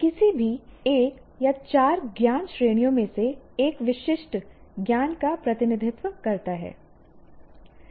किसी भी एक या चार ज्ञान श्रेणियों में से एक विशिष्ट ज्ञान का प्रतिनिधित्व करता है